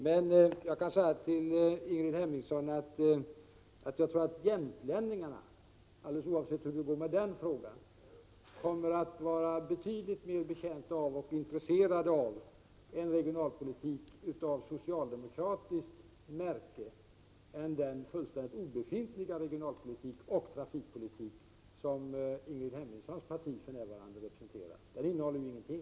Men jag kan säga till Ingrid Hemmingsson att jag tror att jämtlänningarna, alldeles oavsett hur det går med den frågan, kommer att vara betydligt mer betjänta och intresserade av en regionalpolitik av socialdemokratiskt märke än av den fullständigt obefintliga regionaloch trafikpolitik som Ingrid Hemmingssons parti för närvarande representerar. Den innehåller ingenting.